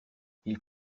ils